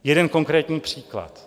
Jeden konkrétní příklad.